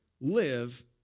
Live